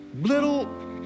little